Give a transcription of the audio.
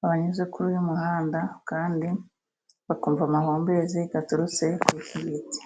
binyuze kuri uyu muhanda kandi bakumva amahumbezi aturutse kuri iki giti.